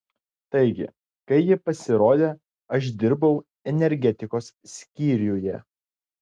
taigi kai ji pasirodė aš dirbau energetikos skyriuje